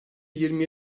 yirmi